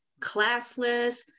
classless